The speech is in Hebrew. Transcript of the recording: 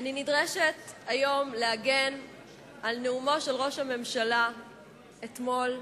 אני נדרשת היום להגן על נאומו של ראש הממשלה מאתמול.